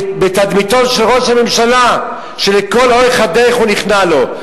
ובתדמיתו של ראש הממשלה שלכל אורך הדרך הוא נכנע לו.